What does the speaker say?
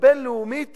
שבין-לאומית